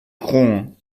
grand